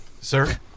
Sir